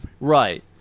Right